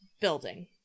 building